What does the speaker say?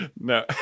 No